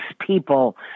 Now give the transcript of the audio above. people